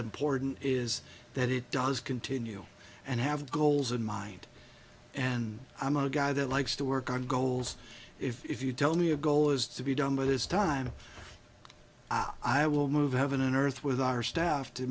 important is that it does continue and have goals in mind and i'm a guy that likes to work on goals if you tell me a goal is to be done by this time i will move heaven and earth with our staff to